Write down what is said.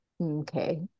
okay